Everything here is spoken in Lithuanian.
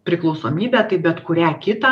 priklausomybę tai bet kurią kitą